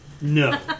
No